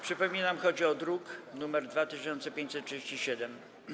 Przypominam, chodzi o druk nr 2537.